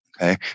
Okay